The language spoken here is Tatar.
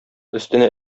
өстенә